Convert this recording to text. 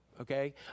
okay